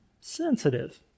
sensitive